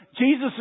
Jesus